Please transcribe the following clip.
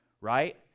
right